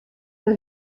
der